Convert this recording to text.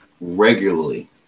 regularly